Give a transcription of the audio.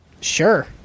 sure